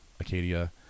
Acadia